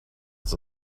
it’s